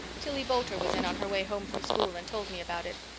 tillie boulter was in on her way home from school and told me about it.